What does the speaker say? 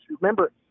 remember